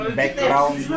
background